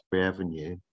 Avenue